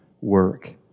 work